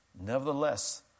Nevertheless